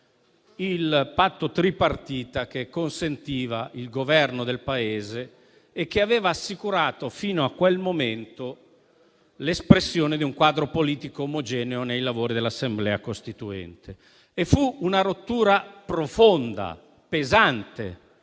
l'intesa tripartita che consentiva il Governo del Paese e che aveva assicurato, fino a quel momento, l'espressione di un quadro politico omogeneo nei lavori dell'Assemblea costituente. Fu una rottura profonda e pesante,